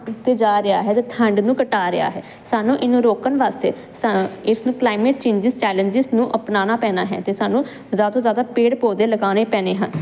ਉੱਤੇ ਜਾ ਰਿਹਾ ਹੈ ਠੰਡ ਨੂੰ ਘਟਾ ਰਿਹਾ ਹੈ ਸਾਨੂੰ ਇਹਨੂੰ ਰੋਕਣ ਵਾਸਤੇ ਸਾ ਇਸਨੂੰ ਕਲਾਈਮੇਟ ਚੇਂਜਿਸ ਚੈਲੰਜਸ ਨੂੰ ਅਪਣਾਉਣਾ ਪੈਣਾ ਹੈ ਤੇ ਸਾਨੂੰ ਜਿਆਦਾ ਤੋਂ ਜਿਆਦਾ ਪੇੜ ਪੌਦੇ ਲਗਾਣੇ ਪੈਣੇ ਹਨ